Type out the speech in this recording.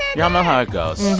y'all know how it goes.